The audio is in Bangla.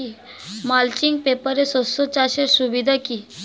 মালচিং পেপারে শসা চাষের সুবিধা কি?